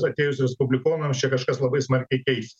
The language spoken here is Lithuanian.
atėjus respublikonams čia kažkas labai smarkiai keisis